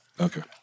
Okay